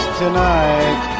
tonight